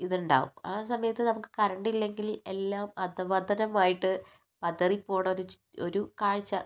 ഇതുണ്ടാവും ആ സമയത്തു നമുക്ക് കറണ്ട് ഇല്ലെങ്കിൽ എല്ലാം അധഃപതനമായിട്ട് പതറിപ്പോണൊരു ഒരു കാഴ്ച